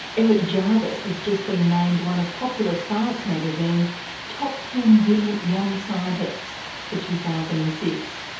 erich jarvis has just been named one of popular science magazine's top ten brilliant young scientists for two thousand and six.